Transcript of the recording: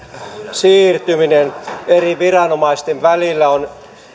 siirtyminen eri viranomaisten välillä on